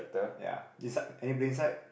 ya inside anybody inside